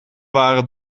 waren